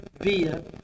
via